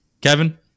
Kevin